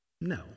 No